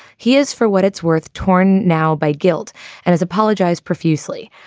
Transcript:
he is, for what it's worth. torn now by guilt and has apologized profusely.